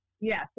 Yes